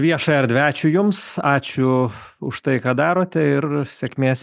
viešąją erdvę ačiū jums ačiū už tai ką darote ir sėkmės